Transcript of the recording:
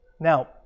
Now